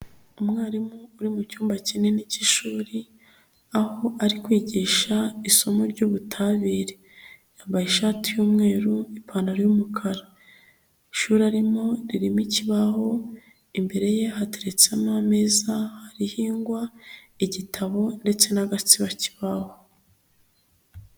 Umwarimu uri mu cyumba kinini cy'ishuri, aho ari kwigisha isomo ry'ubutabire. Yambaye ishati y'umweru ipantaro y'umukara. Ishuri arimo ririmo ikibaho, imbere ye hateretsemo ameza hariho ingwa, igitabo, ndetse n'agatsibakibaho.